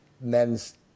men's